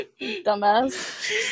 dumbass